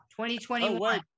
2021